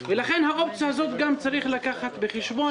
גם את האופציה הזאת צריך לקחת בחשבון,